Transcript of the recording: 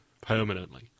permanently